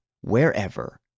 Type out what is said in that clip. wherever